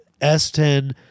S10